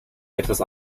etwas